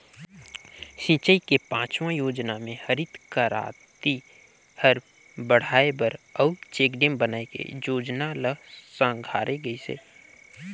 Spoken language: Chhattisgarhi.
सिंचई के पाँचवा योजना मे हरित करांति हर बड़हाए बर अउ चेकडेम बनाए के जोजना ल संघारे गइस हे